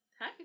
Hi